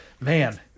Man